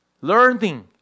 learning